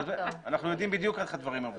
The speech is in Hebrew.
אנחנו יודעים בדיוק איך הדברים עובדים.